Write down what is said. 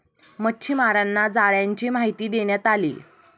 मच्छीमारांना जाळ्यांची माहिती देण्यात आली